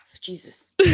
Jesus